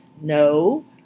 No